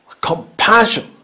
compassion